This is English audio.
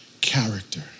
character